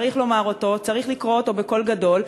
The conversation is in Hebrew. צריך לומר אותו, צריך לקרוא אותו בקול גדול.